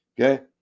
Okay